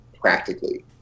practically